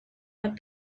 but